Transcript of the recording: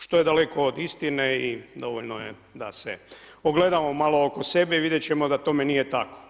Što je daleko od istine i dovoljno je da se ogledamo malo oko sebe i vidjet ćemo da tome nije tako.